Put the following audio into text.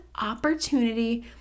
opportunity